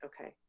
Okay